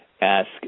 ask